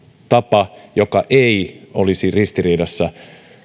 tapa joka ei olisi ristiriidassa